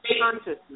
consciousness